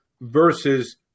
versus